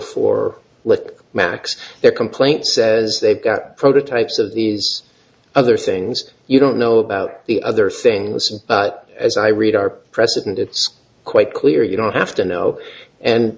for lip max their complaint says they've got prototypes of these other things you don't know about the other things and as i read our precedent it's quite clear you don't have to know and